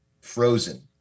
frozen